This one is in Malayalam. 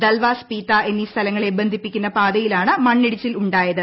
ദൽവാസ് പീത എന്നീ സ്ഥലങ്ങളെ ബന്ധിപ്പിക്കുന്ന പാതയിലാണ് മണ്ണിടിച്ചിൽ ഉണ്ടായത്